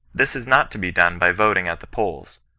this is not to be done by voting at the polls,